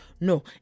no